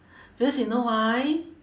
because you know why